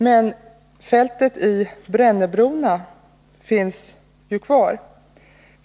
Men fältet i Brännebrona finns ju kvar.